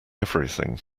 everything